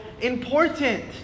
important